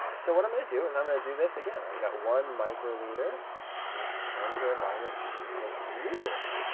so what i'm going to do is i'm going to do this again. i've got one microliter is ten the minus six liters.